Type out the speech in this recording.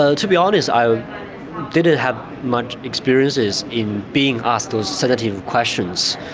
ah to be honest i didn't have much experiences in being asked those sensitive questions.